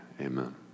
Amen